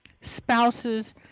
spouses